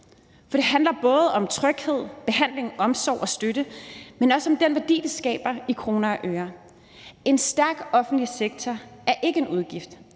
For det handler både om tryghed, behandling, omsorg og støtte, men også om den værdi, det skaber i kroner og øre. En stærk offentlig sektor er ikke en udgift.